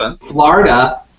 Florida